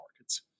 markets